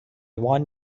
want